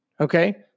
Okay